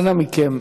אנא מכם.